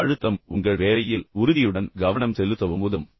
மன அழுத்தம் உங்கள் வேலையில் உறுதியுடன் கவனம் செலுத்தவும் உதவும்